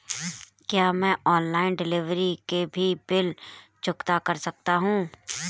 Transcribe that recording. क्या मैं online delivery के भी बिल चुकता कर सकता हूँ?